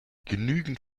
genügend